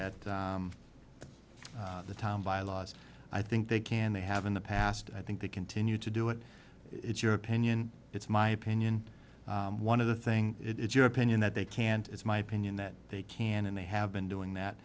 at the tom bylaws i think they can they have in the past i think they continue to do it it's your opinion it's my opinion one of the thing it is your opinion that they can't it's my opinion that they can and they have been doing that